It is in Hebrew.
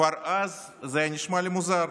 כבר אז זה נשמע לי מוזר.